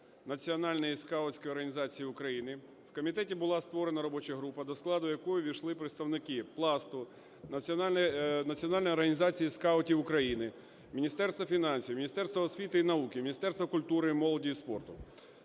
Національної скаутської організації України в комітеті була створена робоча група, до складу якої увійшли представники Пласту - Національної організації скаутів України, Міністерства фінансів, Міністерства освіти і науки, Міністерства культури, молоді і спорту.